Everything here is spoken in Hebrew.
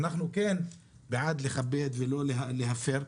אנחנו כן בעד לכבד ולא להפר,